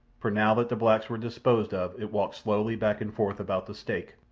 for now that the blacks were disposed of it walked slowly back and forth about the stake,